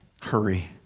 Hurry